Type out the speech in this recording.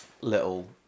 little